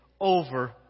over